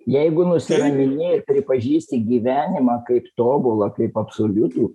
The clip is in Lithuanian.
jeigu nusiramini ir pripažįsti gyvenimą kaip tobulą kaip absoliutų